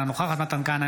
אינה נוכחת מתן כהנא,